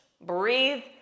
breathe